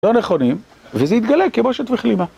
לא נכונים, וזה יתגלה כבושת וכלימה